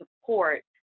support